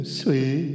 sweet